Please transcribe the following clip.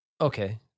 Okay